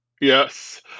Yes